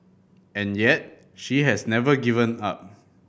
and yet she has never given up